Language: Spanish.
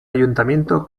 ayuntamiento